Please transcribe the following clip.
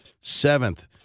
seventh